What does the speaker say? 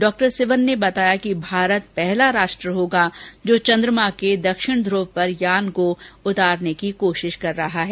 डॉ के सिवन ने बताया कि भारत पहला राष्ट्र होगा जो चन्द्रमा के दक्षिण ध्रव पर यान को उतारने की कोशिश कर रहा है